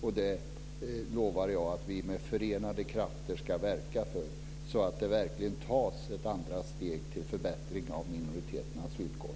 Jag lovar att vi med förenade krafter ska verka för att det verkligen tas ett andra steg till förbättring av minoriteternas villkor.